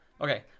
okay